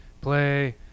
play